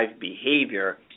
behavior